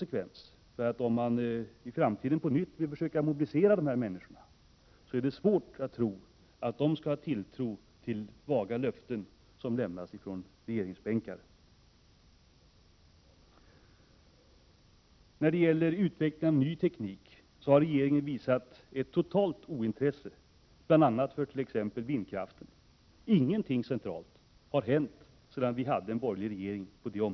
Detta är allvarligt särskilt om man i framtiden på nytt vill försöka mobilisera dessa människor — deras entreprenörskap och idealitet. Det är svårt att tro att de skall ha tilltro till vaga löften som lämnas från regeringsbänkar. När det gäller utvecklingen av ny teknik har regeringen visat ett närmast totalt ointresse bl.a. för vindkraften; ingenting har hänt centralt på detta område sedan vi hade en borgerlig regering.